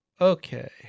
Okay